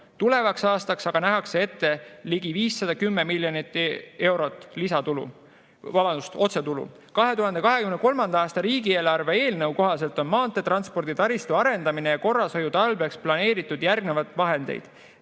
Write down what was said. tulevaks aastaks aga nähakse ette ligi 510 miljonit eurot otsetulu. 2023. aasta riigieelarve eelnõu kohaselt on maanteetranspordi taristu arendamise ja korrashoiu tarbeks planeeritud järgnevad vahendid: